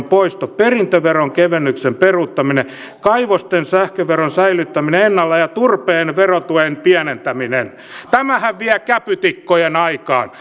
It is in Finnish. poisto perintöveron kevennyksen peruuttaminen kaivosten sähköveron säilyttäminen ennallaan ja turpeen verotuen pienentäminen tämähän vie käpytikkojen aikaan